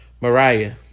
Mariah